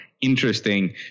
interesting